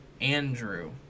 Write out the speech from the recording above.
Andrew